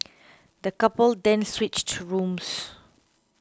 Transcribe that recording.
the couple then switched rooms